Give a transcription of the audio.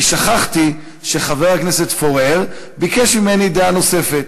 כי שכחתי שחבר הכנסת פורר ביקש ממני דעה נוספת.